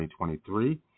2023